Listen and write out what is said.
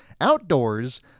outdoors